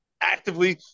actively